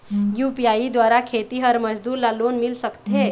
UPI द्वारा खेतीहर मजदूर ला लोन मिल सकथे?